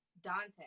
dante